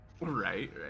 Right